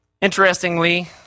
Interestingly